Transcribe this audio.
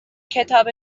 کتاب